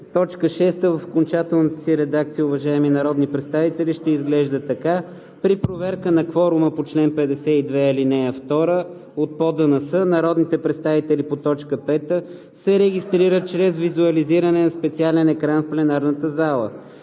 Точка 6 в окончателната си редакция, уважаеми народни представители, ще изглежда така: „6. При проверката на кворума по чл. 52. ал. 2 от ПОДНС народните представители по т. 5 се регистрират чрез визуализиране на специален екран в пленарна зала.